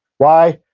why?